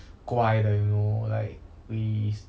乖的 you know like we